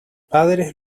padres